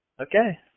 Okay